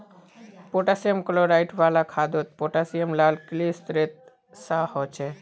potassium chloride वाला खादोत potassium लाल क्लिस्तेरेर सा होछे